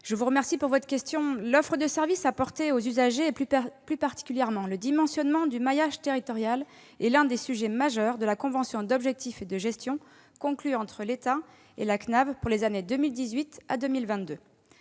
je vous remercie de votre question. L'offre de service apportée aux usagers, et, plus particulièrement, le dimensionnement du maillage territorial, est l'un des sujets majeurs de la convention d'objectifs et de gestion conclue entre l'État et la CNAV pour les années 2018 à 2022.